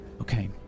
Okay